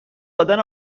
دادن